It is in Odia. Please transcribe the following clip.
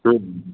ହଁ